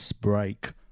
break